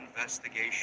Investigation